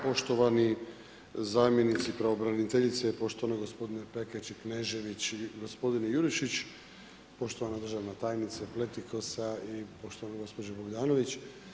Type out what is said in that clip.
Poštovani zamjenici pravobraniteljice, poštovani gospodine Pekeč i Knežević i gospodin Jurišić, poštovana državna tajnice Pletikosa i poštovana gospođo Bogdanović.